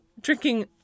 drinking